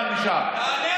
החוק,